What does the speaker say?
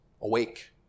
awake